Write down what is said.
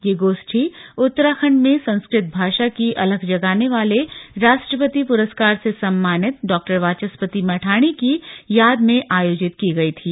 ये गोष्ठी उत्तराखंड में संस्कृत भाषा की अलख जगाने वाले राष्ट्रपति पुरस्कार से सम्मानित डा वाचस्पति मैठाणी की याद आयोजित की गई थी